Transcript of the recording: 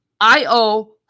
I-O